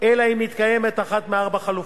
אלא אם כן מתקיימת אחת מארבע חלופות.